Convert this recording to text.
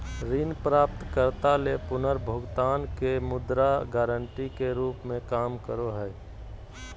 ऋण प्राप्तकर्ता ले पुनर्भुगतान के मुद्रा गारंटी के रूप में काम करो हइ